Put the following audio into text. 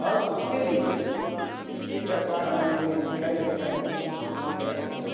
और उसके लिए ये सरकार हमारी इतनी अच्छी आई है कि भाई हम तो उनके शूकर गुज़ारते हैं